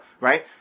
right